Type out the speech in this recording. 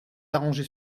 arranger